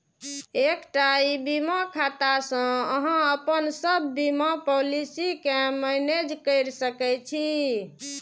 एकटा ई बीमा खाता सं अहां अपन सब बीमा पॉलिसी कें मैनेज कैर सकै छी